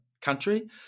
country